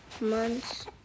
months